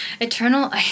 Eternal